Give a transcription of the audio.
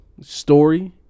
story